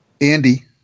Andy